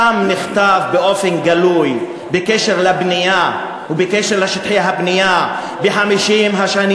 שם נכתב באופן גלוי בקשר לשטחי הבנייה: ב-50 השנים